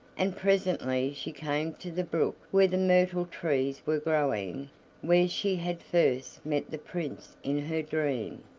and presently she came to the brook where the myrtle trees were growing where she had first met the prince in her dream,